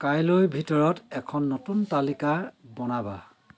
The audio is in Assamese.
কাইলৈৰ ভিতৰত এখন নতুন তালিকা বনাবা